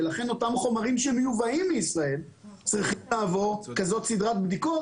ולכן אותם חומרים שמיובאים לישראל צריכים לעבור כזאת סדרת בדיקות